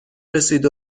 رسید